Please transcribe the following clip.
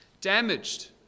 damaged